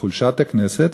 מחולשת הכנסת,